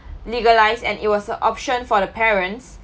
legalised and it was a option for the parents